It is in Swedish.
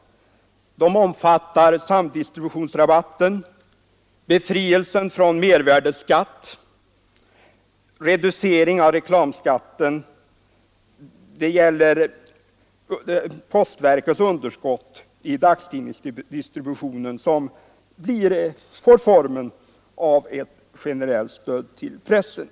Det gäller samdistributionsrabatten, befrielsen från mervärdeskatt och reduceringen av reklamskatten. Det gäller också postverkets underskott för dagstidningsdistributionen, som får formen av ett generellt stöd till pressen.